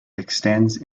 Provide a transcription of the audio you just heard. extends